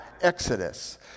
Exodus